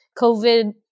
COVID